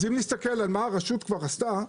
אם נסתכל מה הרשות כבר עשתה